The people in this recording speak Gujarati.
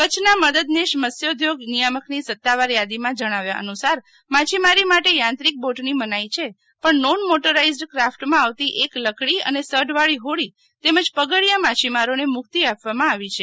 કચ્છના મદદનીશ મત્સ્યોદ્યોગ નિયામકની સત્તાવાર થાદીમાં જણાવ્યા અનુસાર માછીમારી માટે થાંત્રિક બોટની મનાઈ છે પણ નોન મોટરાઈઝ્ડ ક્રાફ્ટમાં આવતી એક લકડી અને સઢવાળી હોડી તેમજ પગડિયા માછીમારોને મુક્તિ આપવામાં આવી છે